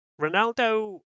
Ronaldo